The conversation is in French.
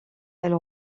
elle